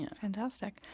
fantastic